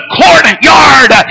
courtyard